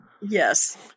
Yes